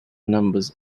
numbers